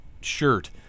shirt